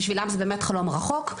בשבילם זה באמת חלום רחוק,